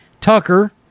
Tucker